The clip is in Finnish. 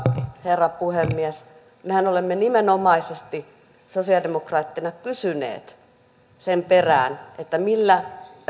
herra puhemies mehän olemme nimenomaisesti sosialidemokraatteina kysyneet sen perään että millä